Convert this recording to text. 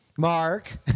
Mark